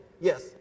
yes